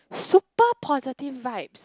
super positive vibes